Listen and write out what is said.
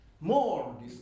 more